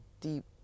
deep